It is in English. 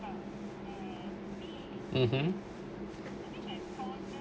(uh huh)